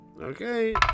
Okay